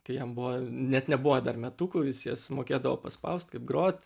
kai jam buvo net nebuvo dar metukų jis jas mokėdavo paspaust kaip grot